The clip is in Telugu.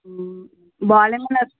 బాల్ ఏమన్నా